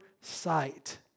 sight